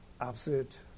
absolute